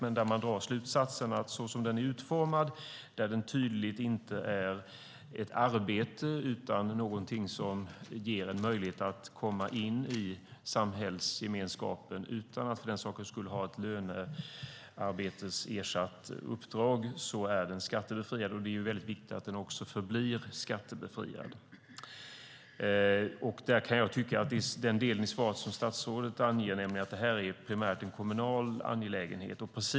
Då drog man slutsatsen att så som den är utformad, att det tydligt inte rör sig om ett arbete utan en möjlighet att komma in i samhällsgemenskapen utan att ha ett löneersatt uppdrag, ska den vara skattebefriad. Det är också viktigt att den förblir skattebefriad. Statsrådet anger i svaret att det primärt är en kommunal angelägenhet.